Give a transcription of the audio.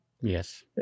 Yes